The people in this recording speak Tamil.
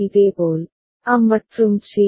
இதேபோல் அ மற்றும் சி